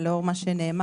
אבל לאור מה שנאמר,